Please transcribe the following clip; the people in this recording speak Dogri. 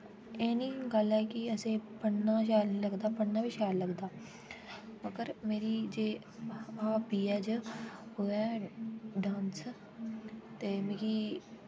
एह् निं गल्ल ऐ जे असेंगी पढ़ना शैल निं लगदा पढ़ना बी शैल लगदा ते मेरी जेह्ड़ी होब्बी ऐ ओह् ऐ डान्स ते मिगी ओह्दे बिच्च